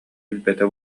билбэтэ